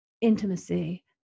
intimacy